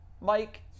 mike